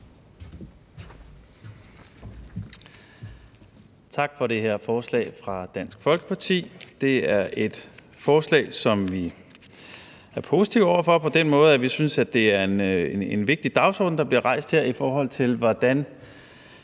Tak for det her forslag fra Dansk Folkeparti. Det er et forslag, som vi er positive over for på den måde, at vi synes, at det er en vigtig dagsorden, der bliver rejst her, i forhold til hvordan